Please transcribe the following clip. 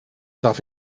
darf